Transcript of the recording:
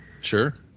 Sure